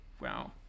Wow